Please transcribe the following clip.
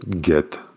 get